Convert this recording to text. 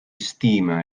stima